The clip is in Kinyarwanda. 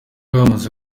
bamaze